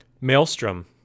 Maelstrom